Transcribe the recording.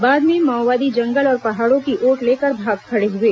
बाद में माओवादी जंगल और पहाड़ों की ओट लेकर भाग खड़े हुए